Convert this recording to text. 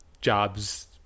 jobs